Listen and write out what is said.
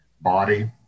body